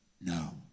no